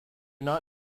not